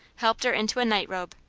helped her into a night robe,